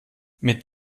mit